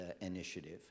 initiative